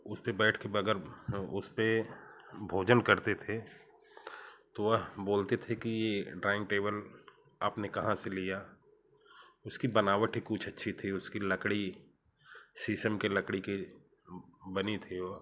उसपे बैठके बग उस पर भोजन करते थे तो वह बोलते थे कि यह डाइनिंग टेबल आपने कहां से लिया इसकी बनावट ही कुछ अच्छी थी उसकी लकड़ी शीशम की लकड़ी के बनी थी